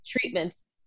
treatments